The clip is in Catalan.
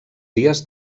dies